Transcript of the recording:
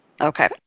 Okay